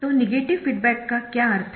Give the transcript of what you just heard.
तो negative feedback का क्या अर्थ है